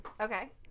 Okay